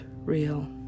real